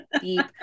deep